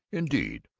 indeed,